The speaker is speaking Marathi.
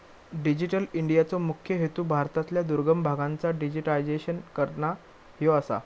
डिजिटल इंडियाचो मुख्य हेतू भारतातल्या दुर्गम भागांचा डिजिटायझेशन करना ह्यो आसा